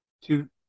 Two